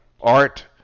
art